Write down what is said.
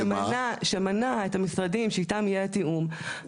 -- שמנה את המשרדים שאיתם יהיה תיאום,